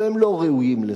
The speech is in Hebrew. הם לא ראויים לזה.